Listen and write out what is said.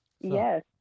yes